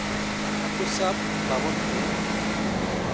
ᱦᱟᱹᱠᱩ ᱥᱟᱵ ᱵᱟᱵᱚᱫ ᱛᱮ